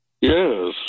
Yes